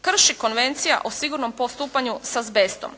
krši Konvencija o sigurnom postupanju s azbestom.